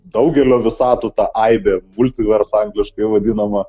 daugelio visatų tą aibė multi vers angliškai vadinama